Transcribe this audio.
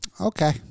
Okay